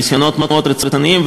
ניסיונות מאוד רציניים,